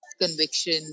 Conviction